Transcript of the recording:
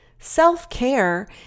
Self-care